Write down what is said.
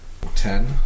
Ten